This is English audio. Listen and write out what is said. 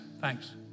Thanks